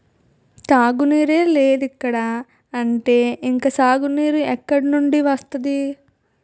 తాగునీరే లేదిక్కడ అంటే ఇంక సాగునీరు ఎక్కడినుండి వస్తది?